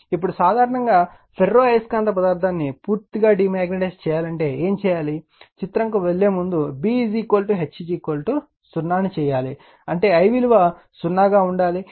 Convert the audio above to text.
ఇప్పుడు సాధారణంగా ఫెర్రో అయస్కాంత పదార్థాన్ని పూర్తిగా డీమాగ్నిటైజ్ చేయాలనుకుంటే ఏమి చేయాలి చిత్రం కు వెళ్ళే ముందు B H 0 ను చేయాలి అంటే I విలువ 0 గా ఉండాలి